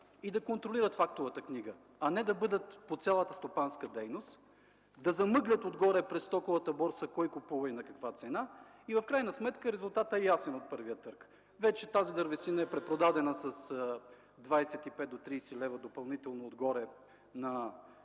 и да контролират фактовата книга, а не да бъдат по цялата стопанска дейност, да замъглят през стоковата борса кой купува и на каква цена, и в крайна сметка резултатът е ясен от първия търг – тази дървесина е препродадена с 25 до 30 лв. допълнително отгоре на